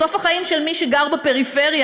בסוף החיים של מי שגר בפריפריה,